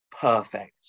perfect